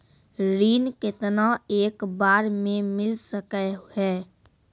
ऋण केतना एक बार मैं मिल सके हेय?